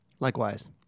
Likewise